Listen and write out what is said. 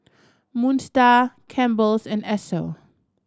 Moon Star Campbell's and Esso